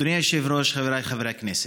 אדוני היושב-ראש, חבריי חברי הכנסת,